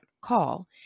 call